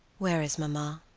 where is mamma?